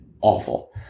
awful